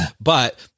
but-